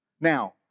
Now